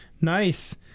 nice